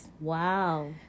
wow